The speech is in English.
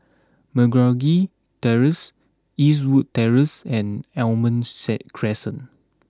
Meragi Terrace Eastwood Terrace and Almond set Crescent